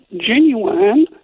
genuine